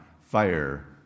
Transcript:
fire